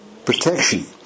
Protection